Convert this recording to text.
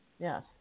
Yes